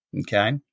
okay